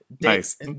Nice